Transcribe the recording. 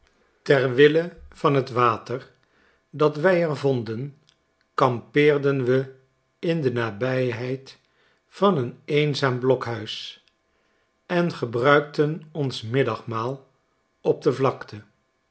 ter wille van t water dat wij er vonden kampeerden we in de nabijheid van een eenzaam blokhuis en gebruikten ons middagmaal op de vlakte